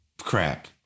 crap